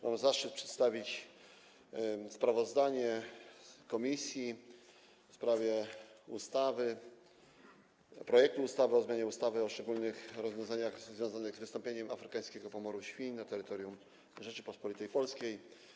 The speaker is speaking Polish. Mam zaszczyt przedstawić sprawozdanie komisji o projekcie ustawy o zmianie ustawy o szczególnych rozwiązaniach związanych z wystąpieniem afrykańskiego pomoru świń na terytorium Rzeczypospolitej Polskiej.